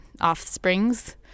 offsprings